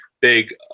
big